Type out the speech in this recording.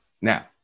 Now